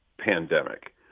pandemic